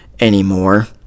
anymore